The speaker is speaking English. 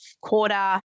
quarter